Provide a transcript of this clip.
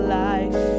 life